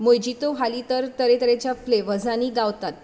mojito हालीं तर तरे तरेच्या फ्लेवर्जांनी गावतात